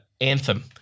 anthem